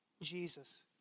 Jesus